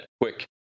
quick